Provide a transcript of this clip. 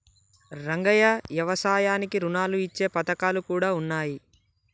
రంగయ్య యవసాయానికి రుణాలు ఇచ్చే పథకాలు కూడా ఉన్నాయి